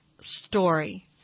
story